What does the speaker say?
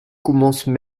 commencent